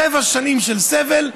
שבע שנים של סבל,